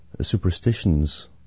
superstitions